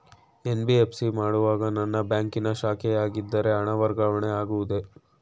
NBFC ಮಾಡುವಾಗ ನನ್ನ ಬ್ಯಾಂಕಿನ ಶಾಖೆಯಾಗಿದ್ದರೆ ಹಣ ವರ್ಗಾವಣೆ ಆಗುವುದೇ?